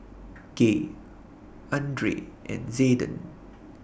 Gay Andrae and Zayden